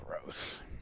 gross